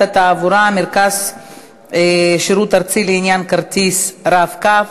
התעבורה (מרכז שירות ארצי לעניין כרטיס "רב-קו"),